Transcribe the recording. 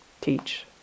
teach